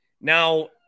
Now